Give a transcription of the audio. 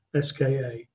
SKA